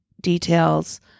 details